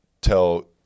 tell